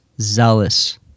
zealous